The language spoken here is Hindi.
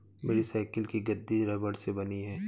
मेरी साइकिल की गद्दी रबड़ से बनी है